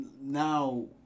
now